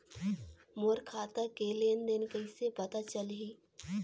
मोर खाता के लेन देन कइसे पता चलही?